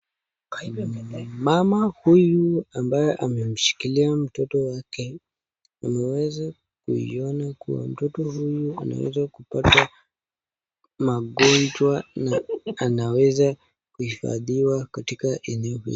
Mama huyu ambaye amemshikilia mtoto wake ameweza kuiona kuwa mtoto huyu anaweza kupatwa magonjwa na anaweza kuhifadhiwa katika eneo.